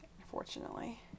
Unfortunately